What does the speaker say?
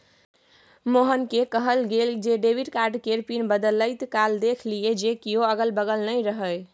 मोहनकेँ कहल गेल जे डेबिट कार्ड केर पिन बदलैत काल देखि लिअ जे कियो अगल बगल नै रहय